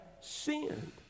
sinned